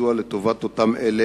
בנות-ביצוע לטובת אלה